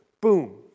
Boom